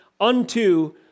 unto